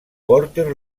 porter